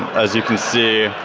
as you can see